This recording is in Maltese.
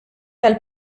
tal